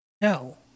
no